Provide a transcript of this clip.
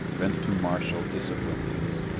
bent to martial discipline is,